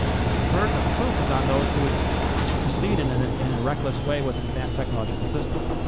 the burden of proof is on those who would proceed in and ah and a reckless way with an advanced technological system,